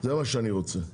זה מה שאני רוצה.